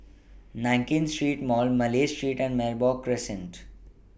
Nankin Street Mall Malay Street and Merbok Crescent